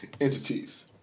entities